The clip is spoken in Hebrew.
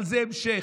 אבל זה המשך,